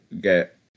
get